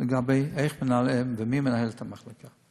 לגבי איך מנהלים ומי מנהל את המחלקה.